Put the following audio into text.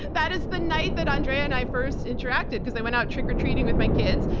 that is the night that andrea and i first interacted because i went out trick or treating with my kids,